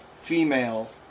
female